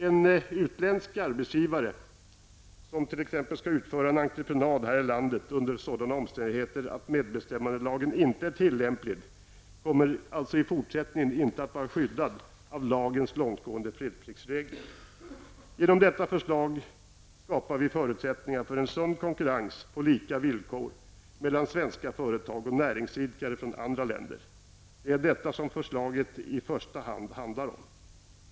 En utländsk arbetsgivare som t.ex. skall utföra en entreprenad här i landet under sådana omständigheter att medbestämmandelagen inte är tillämplig, kommer alltså i fortsättningen inte att vara skyddad av lagens långtgående fredspliktsregler. Genom detta förslag skapar vi förutsättningar för en sund konkurrens på lika villkor mellan svenska företag och näringsidkare från andra länder. Det är detta som förslaget i första hand handlar om.